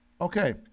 okay